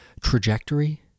trajectory